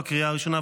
לקריאה הראשונה.